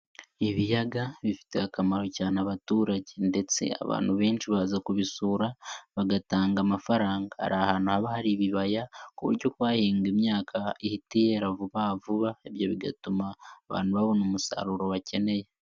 Ibiyaga bifitiye akamaro cyane abaturage ndetse abantu benshi baza kubisura bagatanga amafaranga, hari ahantu haba hari ibibaya ku buryo kuhahinga imyaka ihita yera vuba vuba ibyo bigatuma abantu babona umusaruro bakeneye.